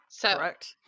Correct